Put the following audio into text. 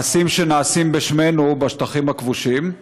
מעשים שנעשים בשמנו בשטחים הכבושים,